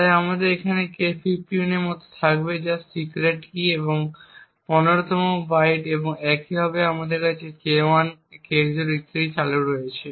তাই আমাদের এখানে K15 এর মত থাকবে যা সিক্রেট কী এর 15 তম বাইট এবং একইভাবে আমাদের কাছে K1 K0 ইত্যাদি চালু রয়েছে